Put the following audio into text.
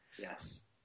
Yes